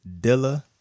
Dilla